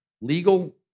legal